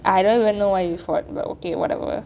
I don't even know why we fought but okay whatever